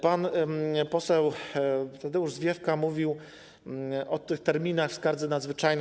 Pan poseł Tadeusz Zwiefka mówił o tych terminach w skardze nadzwyczajnej.